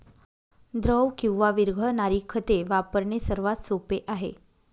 द्रव किंवा विरघळणारी खते वापरणे सर्वात सोपे आहे